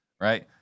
right